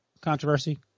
controversy